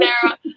Sarah